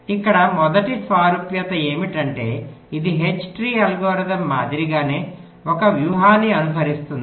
ఇక్కడ మొదటి సారూప్యత ఏమిటంటే ఇది H ట్రీ అల్గోరిథం మాదిరిగానే ఒక వ్యూహాన్ని అనుసరిస్తుంది